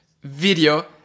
video